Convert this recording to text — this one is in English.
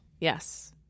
Yes